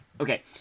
Okay